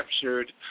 captured